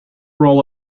role